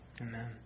Amen